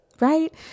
right